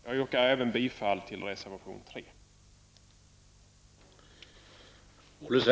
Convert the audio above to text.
Jag yrkar även bifall till reservation nr 3.